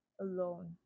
alone